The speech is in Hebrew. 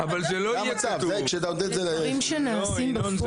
זה דברים שנעשים בפועל.